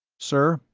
sir,